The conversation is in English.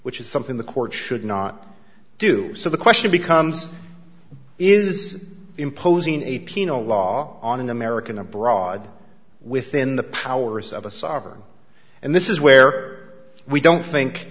which is something the court should not do so the question becomes is imposing a penal law on an american abroad within the powers of a sovereign and this is where we don't